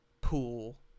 pool